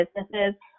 businesses